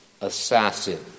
assassin